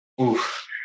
Oof